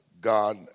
God